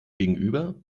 gegenüber